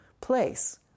place